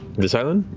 this island?